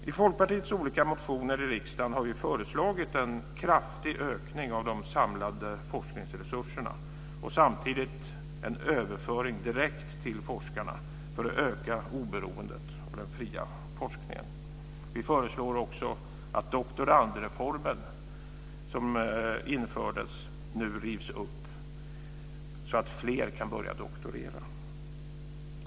I Folkpartiets olika motioner till riksdagen har vi föreslagit en kraftig ökning av de samlade forskningsresurserna och en överföring direkt till forskarna för att öka oberoendet och den fria forskningen. Vi föreslår också att doktorandreformen nu rivs upp, så att fler kan doktorera.